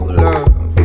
love